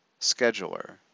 scheduler